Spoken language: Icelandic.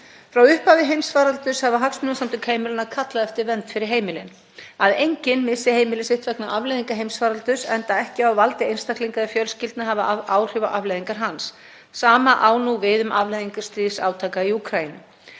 Frá upphafi heimsfaraldursins hafa Hagsmunasamtök heimilanna kallað eftir vernd fyrir heimilin; að enginn missi heimili sitt vegna afleiðinga heimsfaraldurs enda ekki á valdi einstaklinga eða fjölskyldna að hafa áhrif á afleiðingar hans. Sama á nú við um afleiðingar stríðsátaka í Úkraínu.